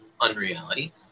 unreality